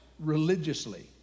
religiously